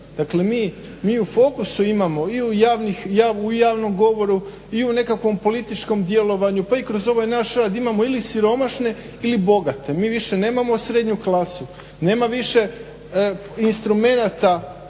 Dakle mi u fokusu imamo i u javnom govoru i u nekakvom političkom djelovanju, pa i kroz ovaj naš rad imamo ili siromašne ili bogate. Mi više nemamo srednju klasu. Nema više instrumenata, mjera